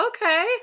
Okay